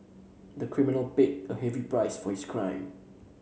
the criminal paid a heavy price for his crime